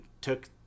took